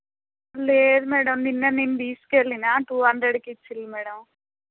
లేదు మేడమ్ నేను నిన్న తీసుకు వెళ్ళిన టూ హండ్రెడ్కు ఇచ్చిర్రు మేడమ్